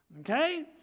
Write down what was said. okay